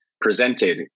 presented